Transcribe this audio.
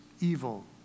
evil